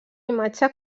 imatge